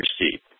receipt